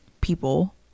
people